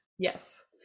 Yes